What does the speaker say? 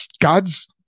God's